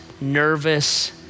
nervous